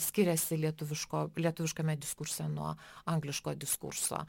skiriasi lietuviško lietuviškame diskurse nuo angliško diskurso